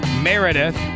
Meredith